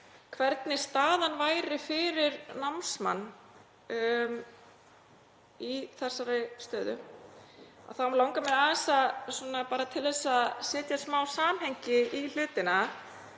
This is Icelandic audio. hvernig þetta væri fyrir námsmann í þessari stöðu og mig langar aðeins til þess að setja smá samhengi í hlutina